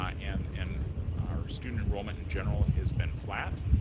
ah and and our student enrollment, in general, has been flat,